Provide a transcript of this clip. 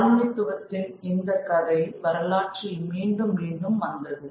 காலனித்துவத்தின் இந்த கதை வரலாற்றில் மீண்டும் மீண்டும் வந்தது